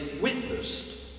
witnessed